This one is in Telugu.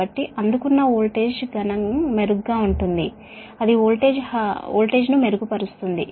కాబట్టి అందుకున్న వోల్టేజ్ మనం మెరుగ్గా ఉంటుంది అది వోల్టేజ్ ను మెరుగుపరుస్తుంది